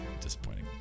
disappointing